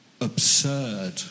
absurd